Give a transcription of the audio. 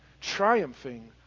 triumphing